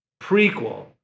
prequel